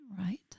Right